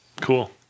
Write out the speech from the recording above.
Cool